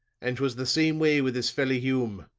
and twas the same way with this felly hume.